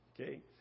Okay